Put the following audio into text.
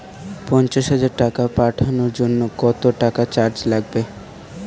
পণ্চাশ হাজার টাকা পাঠানোর জন্য কত টাকা চার্জ লাগবে?